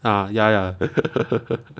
ah ya ya